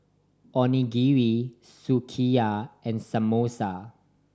Onigiri Sukiyaki and Samosa